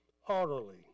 haughtily